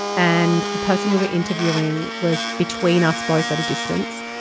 and the person we were interviewing was between us both at a distance,